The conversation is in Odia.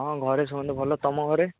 ହଁ ଘରେ ସମସ୍ତେ ଭଲ ତମ ଘରେ